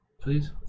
please